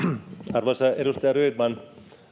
arvoisa edustaja rydman